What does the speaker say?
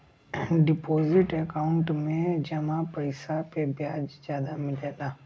deposit account में जमा पइसा पे ब्याज जादा मिलला